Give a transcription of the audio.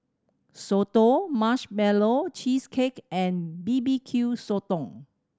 soto Marshmallow Cheesecake and B B Q Sotong